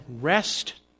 rest